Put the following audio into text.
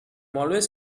always